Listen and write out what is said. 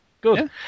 Good